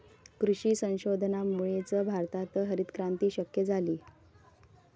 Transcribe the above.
कृषी संशोधनामुळेच भारतात हरितक्रांती शक्य झाली